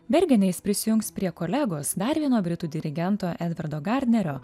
bergene jis prisijungs prie kolegos dar vieno britų dirigento edvardo garnerio